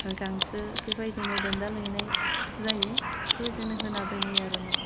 गांसो बेबायदिनो दोनदाल हैनाय जायो बेफोर बायदिनो होना दोनैयो आरो न